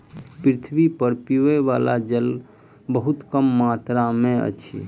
पृथ्वी पर पीबअ बला जल बहुत कम मात्रा में अछि